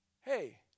hey